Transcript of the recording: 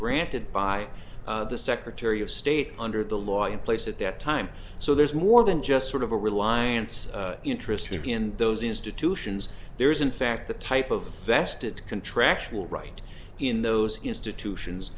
granted by the secretary of state under the law in place at that time so there's more than just sort of a reliance interest here in those institutions there is in fact the type of vested contractual right in those institutions